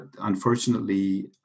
unfortunately